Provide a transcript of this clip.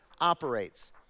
operates